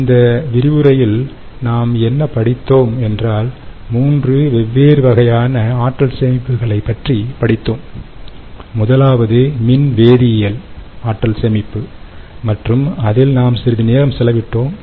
எனவே இன்று இந்த விரிவுரையில் நாம் என்ன படித்தோம் என்றால் 3 வெவ்வேறு வகையான ஆற்றல் சேமிப்புகளை பற்றி படித்தோம் முதலாவது மின்வேதியியல் ஆற்றல் சேமிப்பு மற்றும் அதில் நாம் சிறிது நேரம் செலவிட்டோம்